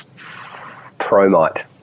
Promite